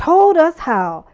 told us how